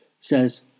says